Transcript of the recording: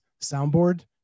soundboard